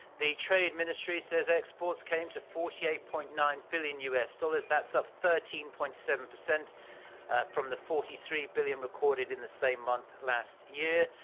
the trade ministry says exports came to forty eight point nine billion u s. dollars. up thirteen point seven percent from the forty three billion recorded in the same month last year.